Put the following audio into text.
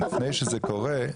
לפני שזה קורה,